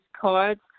cards